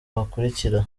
bakurikira